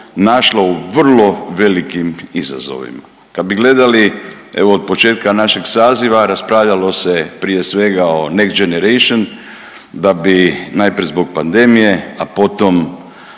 našla u vrlo velikim izazovima. Kad bi gledali evo od početka našeg saziva raspravljalo se prije svega o Next Generation, da bi najprije zbog pandemije, a potom